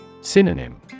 Synonym